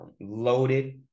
loaded